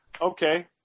okay